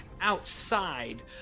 outside